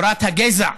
תורת הגזע,